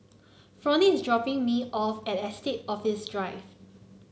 Fronie is dropping me off at Estate Office Drive